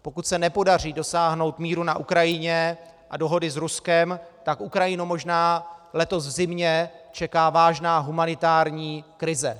Pokud se nepodaří dosáhnout míru na Ukrajině a dohody s Ruskem, tak Ukrajinu možná letos v zimě čeká vážná humanitární krize.